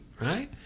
right